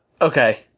Okay